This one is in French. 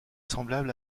semblable